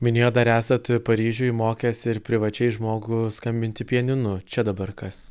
minėjot dar esat paryžiuj mokęs ir privačiai žmogų skambinti pianinu čia dabar kas